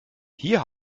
hier